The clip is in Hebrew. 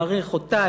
מעריך אותה,